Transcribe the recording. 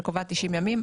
שקובעת 90 ימים,